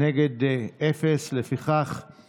מיוחדות להתמודדות עם נגיף הקורונה החדש (הוראת שעה) (תיקון מס' 9)